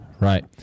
Right